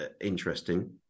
interesting